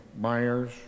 Myers